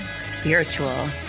Spiritual